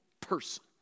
person